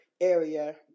area